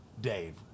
dave